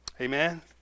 Amen